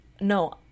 No